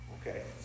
Okay